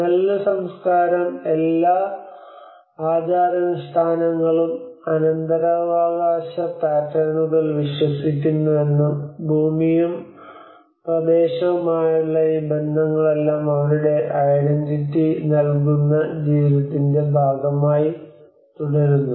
നെല്ല് സംസ്കാരം എല്ലാ ആചാരാനുഷ്ഠാനങ്ങളും അനന്തരാവകാശ പാറ്റേണുകൾ 9patterns വിശ്വസിക്കുന്നുവെന്നും ഭൂമിയും പ്രദേശവുമായുള്ള ഈ ബന്ധങ്ങളെല്ലാം അവരുടെ ഐഡന്റിറ്റി നൽകുന്ന ജീവിതത്തിന്റെ ഭാഗമായി തുടരുന്നു